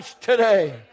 today